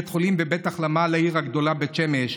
בית חולים ובית החלמה לעיר הגדולה בית שמש,